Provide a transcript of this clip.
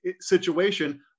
situation